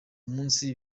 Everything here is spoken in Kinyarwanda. munsi